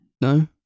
No